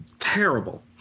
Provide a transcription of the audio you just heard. terrible